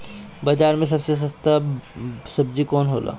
बाजार मे सबसे सस्ता सबजी कौन होला?